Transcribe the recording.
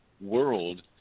world